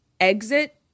exit